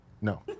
No